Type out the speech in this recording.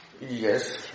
Yes